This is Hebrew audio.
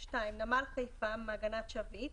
"(2) נמל חיפה, מעגנת "שביט",